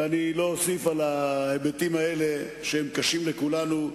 ואני לא אוסיף על ההיבטים האלה, שהם קשים לכולנו.